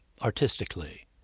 artistically